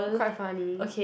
quite funny